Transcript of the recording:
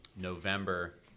November